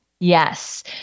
Yes